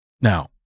Now